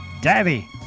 Daddy